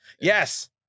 Yes